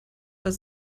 das